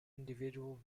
individual